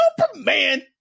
Superman